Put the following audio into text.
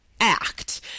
act